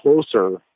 closer